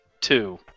Two